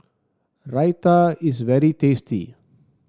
raita is very tasty